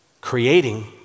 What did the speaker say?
creating